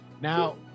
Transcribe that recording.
Now